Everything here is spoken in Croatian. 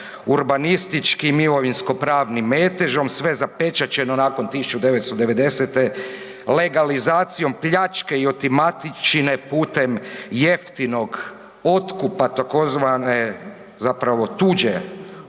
urbanističkim imovinsko-pravnim metežom, sve zapečaćeno nakon 1990. legalizacijom pljačke i otimačine putem jeftinog otkupa tzv. zapravo tuđe otete